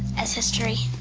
as history.